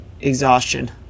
exhaustion